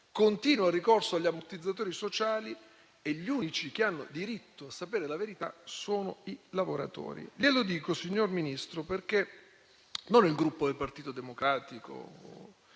continua il ricorso agli ammortizzatori sociali e gli unici che hanno diritto a sapere la verità sono i lavoratori. Glielo dico, signor Ministro, perché non il Gruppo del Partito Democratico